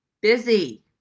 busy